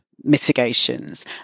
mitigations